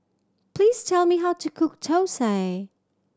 please tell me how to cook thosai